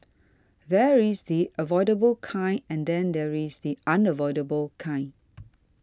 there is the avoidable kind and then there is the unavoidable kind